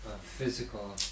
physical